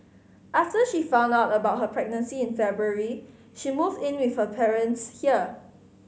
after she found out about her pregnancy in February she moved in with her parents here